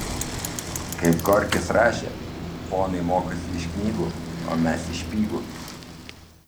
kaip gorkis rašė ponai mokosi iš knygų o mes iš špygų